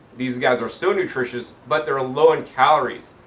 these guys are so nutritious but they're low in calories.